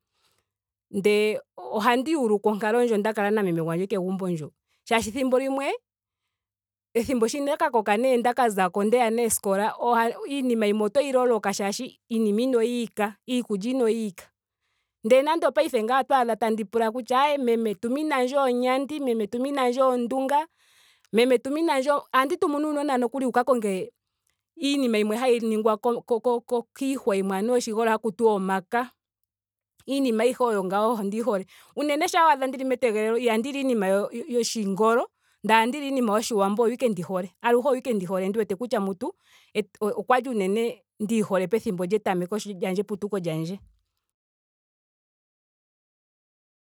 Ndee ohandi yuulukwa onkalo ndjoka nda kala na meme gwandje kegumbo ndjo. Shaashi ethimbo limwe. ethimbo sho nda ka koka nee nda ka zako ndeya kooskola. iinima yimwe otoyi loloka shaashi iinima inoyiika. iikulya inoyiika. Ndee nando opaife ngeyi otwaadha tandi pula kutya aaye meme tuminandje oonyandi. Meme tuminaandje oondunga. Meme tumiinandje ohandi tumu nuunona nokuli wu ka konge iinima yimwe hayi ningwa ko- ko- ko- kiihwa haku tiwa oshigolo anuwa omaka. iinima ayihe mbyoka ondiyi hole. Unene shampa waadha ndili metegelelo ihandi li iinima yoshingolo. ndee ohandili unene iinima yoshiwambo oyo ashike ndi hole. aluhe oyo ike ndihole. ndi wete kutya mutu okwali unene ndi yihole pethimbo lyetameko lyandje, pethimbo lyeputuko lyandje.